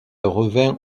revint